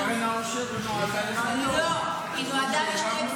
קרן העושר נועדה --- לא, היא נועדה לשני דברים